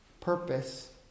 Purpose